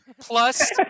Plus